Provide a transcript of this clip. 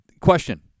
Question